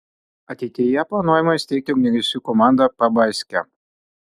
ateityje planuojama įsteigti ugniagesių komandą pabaiske